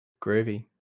Groovy